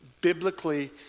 Biblically